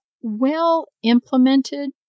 well-implemented